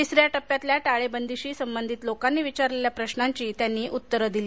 तिसऱ्या टप्प्यातल्या टाळेबंदीशी संबंधित लोकांनी विचारलेल्या प्रशांची त्यांनी उत्तरं दिली